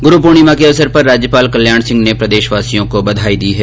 गुरू पूर्णिमा के अवसर पर राज्यपाल कल्याण सिंह ने प्रदेशवासियों को बधाई दी है